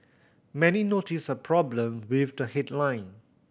many noticed a problem with the headline